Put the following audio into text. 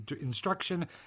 instruction